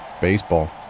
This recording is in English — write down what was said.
baseball